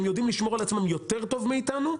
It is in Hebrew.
הם יודעים לשמור על עצמם יותר טוב מאיתנו,